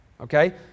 okay